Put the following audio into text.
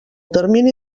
termini